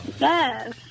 yes